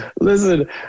Listen